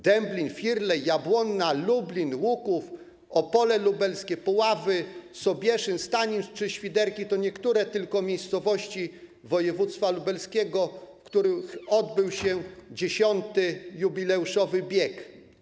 Dęblin, Firlej, Jabłonna, Lublin, Łuków, Opole Lubelskie, Puławy, Sobieszyn, Stanin czy Świderki to tylko niektóre miejscowości województwa lubelskiego, w których odbył się 10., jubileuszowy bieg.